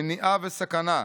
מניעה וסכנה,